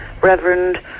Reverend